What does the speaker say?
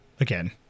Again